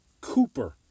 Cooper